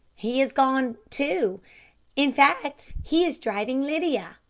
he is gone, too in fact, he is driving lydia.